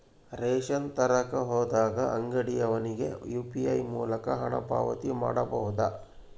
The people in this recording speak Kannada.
ರೇಷನ್ ತರಕ ಹೋದಾಗ ಅಂಗಡಿಯವನಿಗೆ ಯು.ಪಿ.ಐ ಮೂಲಕ ಹಣ ಪಾವತಿ ಮಾಡಬಹುದಾ?